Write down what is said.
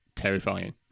terrifying